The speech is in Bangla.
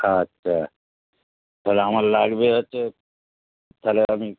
আচ্ছা তাহলে আমার লাগবে হচ্ছে তাহলে আমি